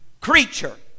creature